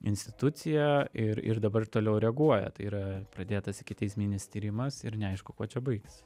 institucija ir ir dabar toliau reaguoja tai yra pradėtas ikiteisminis tyrimas ir neaišku kuo čia baigsis